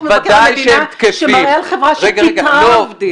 מבקר המדינה שמראה על חברה שפיטרה עובדים.